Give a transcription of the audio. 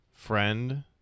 friend